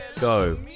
go